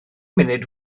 munud